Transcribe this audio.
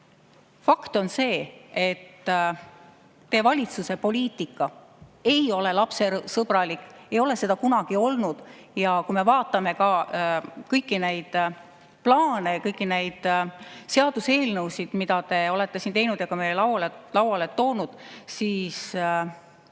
Fakt on see, et teie valitsuse poliitika ei ole lapsesõbralik, ei ole seda kunagi olnud. Kui me vaatame ka kõiki neid plaane ja kõiki neid seaduseelnõusid, mida te olete teinud ja ka meie lauale toonud – see